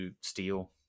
steal